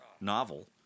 novel